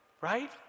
right